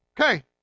Okay